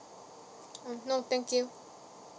uh no thank you